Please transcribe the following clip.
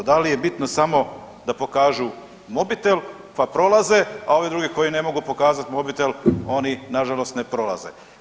Da li je bitno samo da pokažu mobitel pa prolaze, a ovi drugi koji ne mogu pokazati mobitel oni nažalost ne prolaze.